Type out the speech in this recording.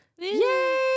Yay